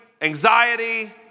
anxiety